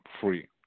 free